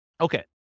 Okay